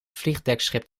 vliegdekschip